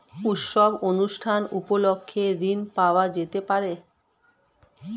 উৎসব অনুষ্ঠান উপলক্ষে ঋণ পাওয়া যেতে পারে?